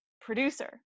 producer